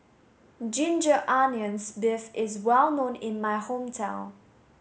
ginger onions beef is well known in my hometown